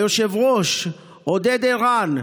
ליושב-ראש עודד ערן,